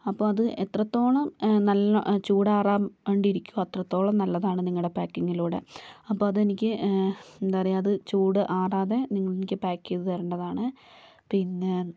അപ്പോൾ അത് എത്രത്തോളം നല്ല ചൂടാറാതെ ഇരിക്കും അത്രത്തോളം നല്ലതാണ് നിങ്ങളുടെ പാക്കിങ്ങിലൂടെ അപ്പോൾ അത് എനിക്ക് എന്താ പറയുക അത് ചൂട് ആറാതെ നിങ്ങൾ എനിക്ക് പാക്ക് ചെയ്ത് തരേണ്ടതാണ് പിന്നെ